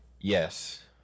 Yes